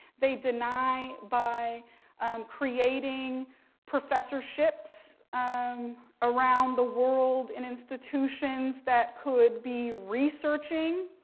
they deny by creating professorships um around the world and institutions that could be researching,